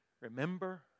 remember